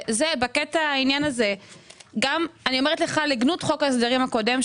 אני אומרת לך לגנות חוק ההסדרים הקודם,